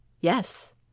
Yes